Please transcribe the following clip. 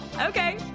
Okay